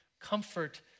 comfort